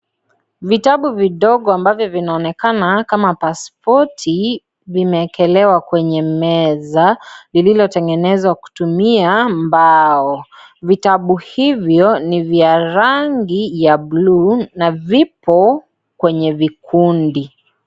Vitabu vidogo ambavyo vinaonekana kama paspoti, vimewekelewa kwenye meza, lilolotengenezwa kutumia mbao. Vitabu hivyo, ni vya rangi ya buluu na vipo kwenye vikundi.